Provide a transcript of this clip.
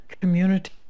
community